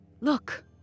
Look